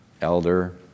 elder